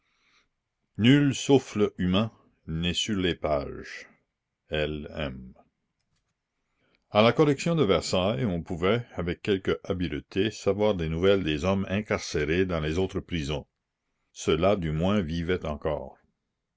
nul souffle humain n'est sur les pages l m la commune a la correction de versailles on pouvait avec quelque habileté savoir des nouvelles des hommes incarcérés dans les autres prisons ceux-là du moins vivaient encore